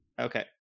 Okay